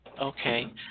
Okay